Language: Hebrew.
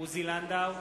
עוזי לנדאו,